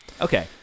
Okay